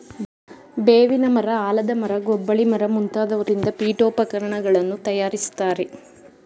ಬೇವಿನ ಮರ, ಆಲದ ಮರ, ಗೊಬ್ಬಳಿ ಮರ ಮುಂತಾದವರಿಂದ ಪೀಠೋಪಕರಣಗಳನ್ನು ತಯಾರಿಸ್ತರೆ